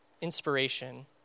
inspiration